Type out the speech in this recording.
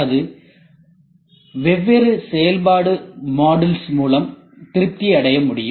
அது வெவ்வேறு செயல்பாட்டு மாடுல்ஸ் மூலம் திருப்தி அடைய முடியும்